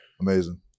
Amazing